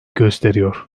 gösteriyor